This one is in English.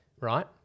Right